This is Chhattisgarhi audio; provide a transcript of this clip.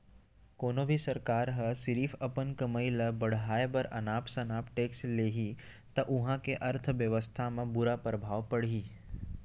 कोनो भी सरकार ह सिरिफ अपन कमई ल बड़हाए बर अनाप सनाप टेक्स लेहि त उहां के अर्थबेवस्था म बुरा परभाव परही